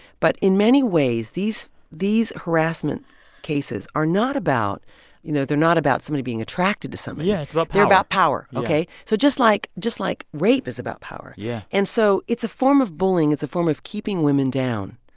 but in many ways, these these harassment cases are not about you know, they're not about somebody being attracted to somebody yeah. it's about power they're about power. ok yeah so just like just like rape is about power yeah and so it's a form of bullying. it's a form of keeping women down.